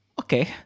Okay